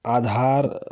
आधार